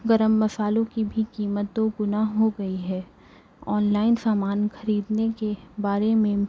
گرم مسالوں کی بھی قیمت دو گنہ ہو گئی ہے آنلائن سامان خریدنے کے بارے میں